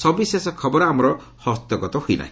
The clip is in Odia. ସବିଶେଷ ଖବର ଆମର ହସ୍ତଗତ ହୋଇନାହିଁ